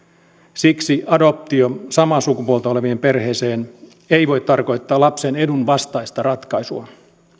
siksi adoptio samaa sukupuolta olevien perheeseen ei voi tarkoittaa lapsen edun vastaista ratkaisua